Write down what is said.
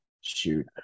Shoot